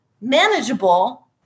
manageable